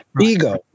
ego